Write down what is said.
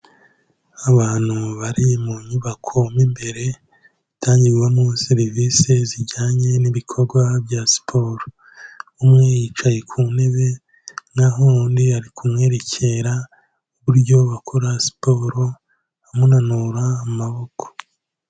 Abantu bari mu nyubako imbere itangirwamo serivisi zijyanye n'ibikorwa bya siporo, umwe yicaye ku ntebe naho undi ari kumwerekera uburyo bakora siporo, amunanura amaboko.